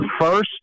first